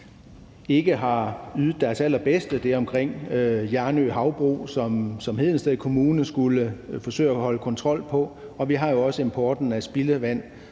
ikke har ydet deres allerbedste. Det er omkring Hjarnø Havbrug, som Hedensted Kommune skulle forsøge at holde kontrol med, og vi har jo også importen af spildevand